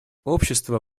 общества